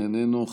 איננו,